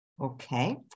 Okay